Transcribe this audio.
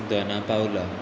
दोना पावलां